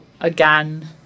again